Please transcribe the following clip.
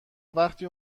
وقتی